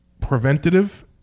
preventative